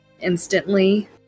instantly